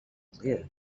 clear